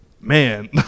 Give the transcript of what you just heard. man